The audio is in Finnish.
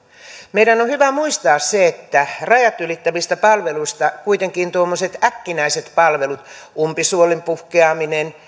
meidän on hyvä muistaa rajat ylittävistä palveluista kuitenkin tuommoiset äkkinäiset palvelut umpisuolen puhkeaminen